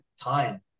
time